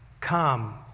come